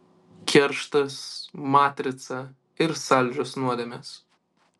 kerštas matrica ir saldžios nuodėmės